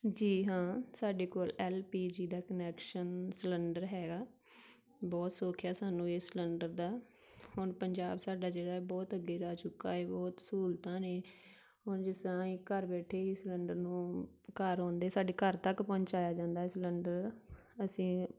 ਜੀ ਹਾਂ ਸਾਡੇ ਕੋਲ ਐਲ ਪੀ ਜੀ ਦਾ ਕਨੈਕਸ਼ਨ ਸਲੰਡਰ ਹੈਗਾ ਬਹੁਤ ਸੁੱਖ ਹੈ ਸਾਨੂੰ ਇਹ ਸਲੰਡਰ ਦਾ ਹੁਣ ਪੰਜਾਬ ਸਾਡਾ ਜਿਹੜਾ ਏ ਬਹੁਤ ਅੱਗੇ ਜਾ ਚੁੱਕਾ ਏ ਬਹੁਤ ਸਹੂਲਤਾਂ ਨੇ ਹੁਣ ਜਿਸ ਤਰ੍ਹਾਂ ਅਸੀਂ ਘਰ ਬੈਠੇ ਹੀ ਸਲੰਡਰ ਨੂੰ ਘਰ ਆਉਂਦੇ ਸਾਡੇ ਘਰ ਤੱਕ ਪਹੁੰਚਾਇਆ ਜਾਂਦਾ ਏ ਸਲੰਡਰ ਅਸੀਂ